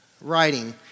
writing